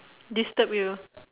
disturb you